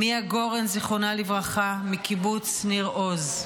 מיה גורן, זיכרונה לברכה, מקיבוץ ניר עוז.